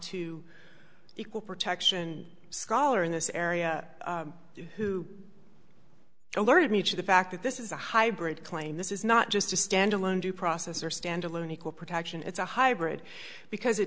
to equal protection scholar in this area who alerted me to the fact that this is a hybrid claim this is not just a standalone due process or stand alone equal protection it's a hybrid because it